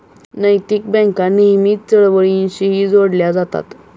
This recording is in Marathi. नैतिक बँका नेहमीच चळवळींशीही जोडल्या जातात